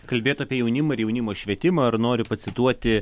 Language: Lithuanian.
kalbėt apie jaunimą ir jaunimo švietimą ar noriu pacituoti